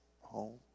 home